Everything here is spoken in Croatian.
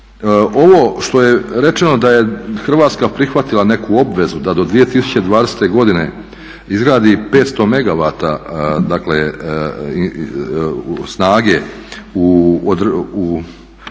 Ovo što je rečeno da je Hrvatska prihvatila neku obvezu da do 2020. godine izgradi 500 megavata,